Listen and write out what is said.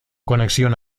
conexión